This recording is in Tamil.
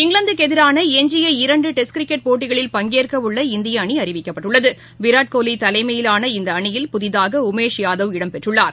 இங்கிலாந்துக்குஎதிரான எஞ்சிய இரண்டுடெஸ்ட் கிரிக்கெட் போட்டியில் பங்கேற்கவுள்ள இந்தியஅணிஅறிவிக்கப்பட்டுள்ளது விராட்கோலிதலைமையிலான இந்தஅணியில் புதிதாகஉமேஷ்யாதவ் இடம்பெற்றுள்ளார்